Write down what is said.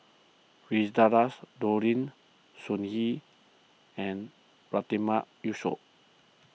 Firdaus Nordin Sun Yee and Yatiman Yusof